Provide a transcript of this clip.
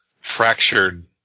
fractured